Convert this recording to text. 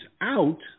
out